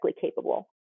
capable